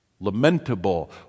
Lamentable